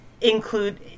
include